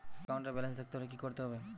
একাউন্টের ব্যালান্স দেখতে হলে কি করতে হবে?